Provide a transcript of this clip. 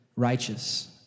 Righteous